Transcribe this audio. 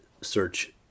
search